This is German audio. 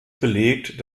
belegt